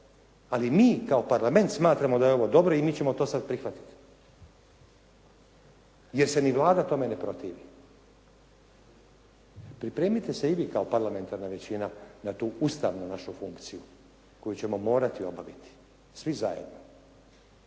ali mi kao parlament smatramo da je ovo dobro i mi ćemo to sada prihvatiti jer se ni Vlada tome ne protivi. Pripremite se i vi kao parlamentarna većina na tu ustavnu našu funkciju koju ćemo morati obaviti svi zajedno.